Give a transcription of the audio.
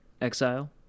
exile